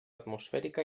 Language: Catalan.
atmosfèrica